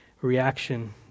reaction